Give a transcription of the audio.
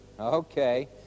Okay